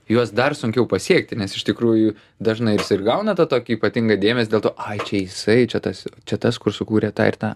juos dar sunkiau pasiekti nes iš tikrųjų dažnai jisai ir gauna tą tokį ypatingą dėmesį dėl to ai čia jisai čia tas čia tas kurs sukūrė tą ir tą